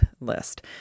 list